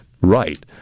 right